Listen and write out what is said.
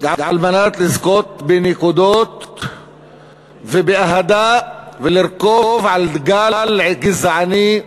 כדי לזכות בנקודות ובאהדה, ולרכוב על גל גזעני,